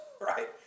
right